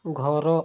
ଘର